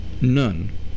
none